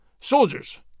Soldiers